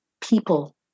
people